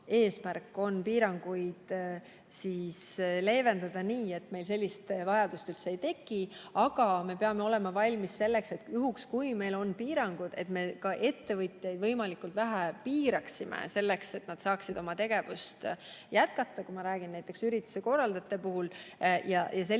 esmaeesmärk on piiranguid leevendada nii, et meil sellist vajadust üldse ei teki, aga me peame olema valmis selleks, et juhul, kui meil on piirangud, me ettevõtjaid võimalikult vähe piiraksime, et nad saaksid oma tegevust jätkata. Ma räägin näiteks ürituste korraldajatest. Sellisel